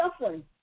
suffering